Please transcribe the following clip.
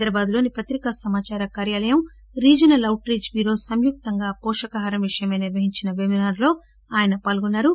హైదరాబాద్ లోని పత్రికా సమాచార కార్యాలయం రీజనల్ అవుట్ రీచ్ బ్యూరో సంయుక్తంగా పోషకాహార విషయమై నిర్వహించిన పెబినారో లో ఆయన్ పాల్గొన్నా రు